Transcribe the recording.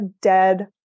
dead